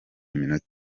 minota